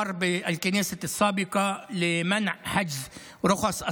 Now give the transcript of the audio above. (אומר דברים בשפה ערבית, להלן תרגומם: